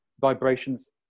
vibrations